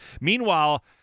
Meanwhile